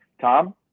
Tom